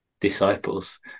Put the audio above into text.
disciples